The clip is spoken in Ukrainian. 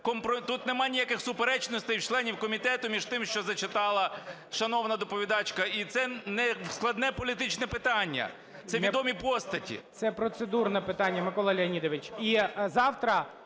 тут нема ніяких суперечностей у членів комітету між тим, що зачитала шановна доповідачка. І це не складне політичне питання. Це відомі постаті. ГОЛОВУЮЧИЙ. Це процедурне питання, Микола Леонідович.